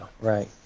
Right